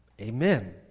Amen